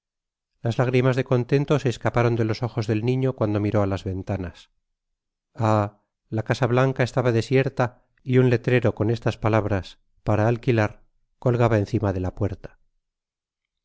vez lágrimas de contento se escaparon de los ojos del niño cuando miró á las ventanas ah la casa blanca estaba desierta y un letrero con estas palabras tara alquilar colgaba encima de la puerta